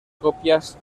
copias